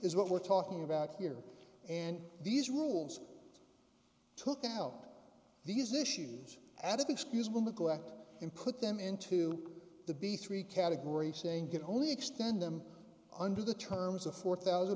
is what we're talking about here and these rules took out these issues added excusable mikkel act and put them into the b three category saying get only extend them under the terms of four thousand